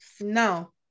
no